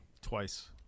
Twice